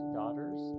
daughters